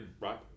right